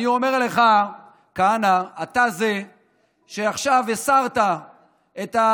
אני אומר לך, כהנא, אתה זה שעכשיו הסיר את האבטחה